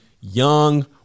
young